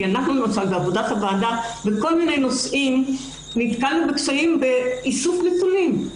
כי אנחנו בעבודת הוועדה בכל מיני נושאים נתקלנו בקשיים באיסוף נתונים.